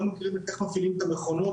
מגיעים ולא יודעים איך להפעיל את התחנות